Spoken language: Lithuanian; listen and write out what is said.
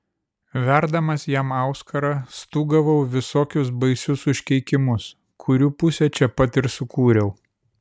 verdamas jam auskarą stūgavau visokius baisius užkeikimus kurių pusę čia pat ir sukūriau